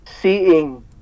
seeing